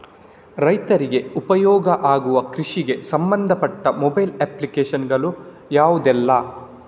ರೈತರಿಗೆ ಉಪಯೋಗ ಆಗುವ ಕೃಷಿಗೆ ಸಂಬಂಧಪಟ್ಟ ಮೊಬೈಲ್ ಅಪ್ಲಿಕೇಶನ್ ಗಳು ಯಾವುದೆಲ್ಲ?